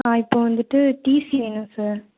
ஆ இப்போ வந்துவிட்டு டிசி வேணும் சார்